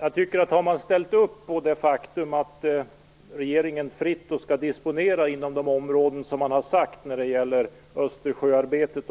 Herr talman! Har man ställt upp på att regeringen fritt skall disponera pengarna inom de områden man har bestämt när det gäller Östersjösamarbetet,